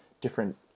different